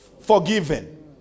forgiven